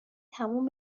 تموم